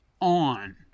on